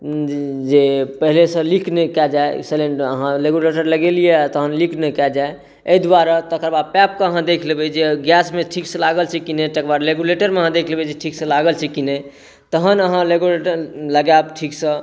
जे पहिलेसँ लीक नहि कए जाए सिलिन्डर अहाँ रेगुलेटर लगेलियै आ तहन लीक नहि कए जाए एहि दुआरे तकर बाद पाइपके अहाँ देख लेबै जे गैसमे ठीक से लागल छै कि नहि तकर बाद रेगुलेटरमे अहाँ देख लेबै जे ठीकसँ लागल छै कि नहि तहन अहाँ रेगुलेटर लगायब ठीकसँ